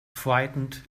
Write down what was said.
frightened